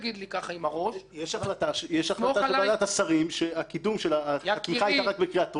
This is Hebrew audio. החלטה של ועדת השרים שהחקיקה היא בקריאה טרומית,